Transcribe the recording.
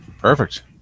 Perfect